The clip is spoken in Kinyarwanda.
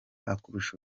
akurusha